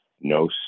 no